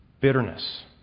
bitterness